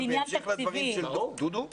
בהמשך לדברים של דודי --- לא,